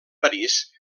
parís